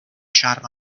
chatham